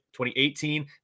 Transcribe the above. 2018